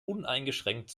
uneingeschränkt